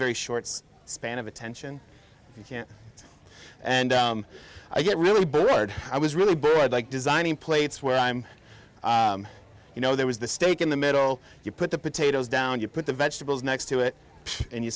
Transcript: very short span of attention you can't and i get really bored i was really bored like designing plates where i'm you know there was the steak in the middle you put the potatoes down you put the vegetables next to it and you